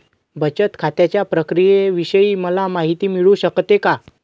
बचत खात्याच्या प्रक्रियेविषयी मला माहिती मिळू शकते का?